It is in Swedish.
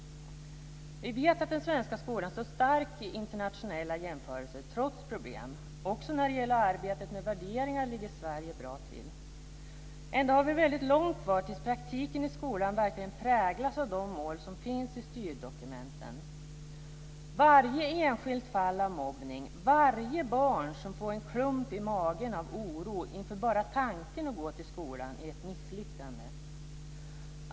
Vi vet att den svenska skolan står stark i internationella jämförelser, trots problem. Också när det gäller arbetet med värderingar ligger Sverige bra till. Ändå har vi väldigt långt kvar tills praktiken i skolan verkligen präglas av de mål som finns i styrdokumenten. Varje enskilt fall av mobbning, varje barn som får en klump i magen av oro inför bara tanken på att gå till skolan är ett misslyckande.